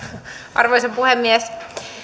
arvoisa puhemies